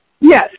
Yes